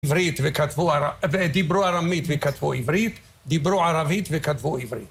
דיברו ערמית וכתבו עברית, דיברו ערבית וכתבו עברית.